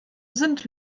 sind